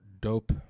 dope